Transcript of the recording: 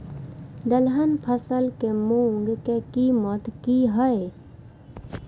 दलहन फसल के मूँग के कीमत की हय?